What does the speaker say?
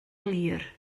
glir